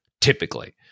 typically